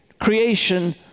creation